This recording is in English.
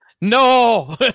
No